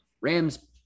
Rams